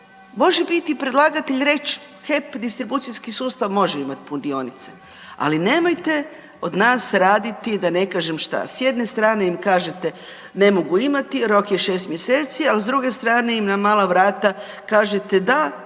može biti i predlagatelj i reć HEP distribucijski sustav može imati punionice, ali nemojte od nas raditi da ne kažem šta. S jedne strane im kažete ne mogu imati, rok je 6 mjeseci, ali s druge strane im na mala vrata kažete da,